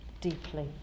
deeply